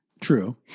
True